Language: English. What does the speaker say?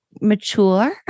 mature